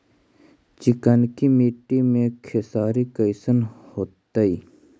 चिकनकी मट्टी मे खेसारी कैसन होतै?